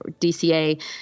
DCA